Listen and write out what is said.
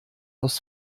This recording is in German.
aus